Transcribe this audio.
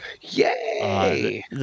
Yay